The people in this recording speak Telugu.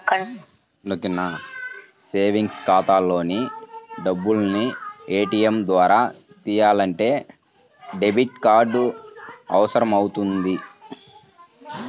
సేవింగ్స్ ఖాతాలోని డబ్బుల్ని ఏటీయం ద్వారా తియ్యాలంటే డెబిట్ కార్డు అవసరమవుతుంది